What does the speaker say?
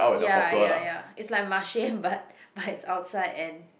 ya ya ya it's like Marche but but it's outside and